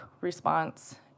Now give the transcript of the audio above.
response